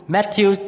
Matthew